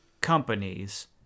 companies